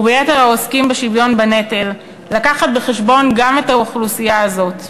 וביתר העוסקים בשוויון בנטל לקחת בחשבון גם את האוכלוסייה הזאת.